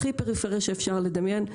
הכי פריפריה שאפשר לדמיין.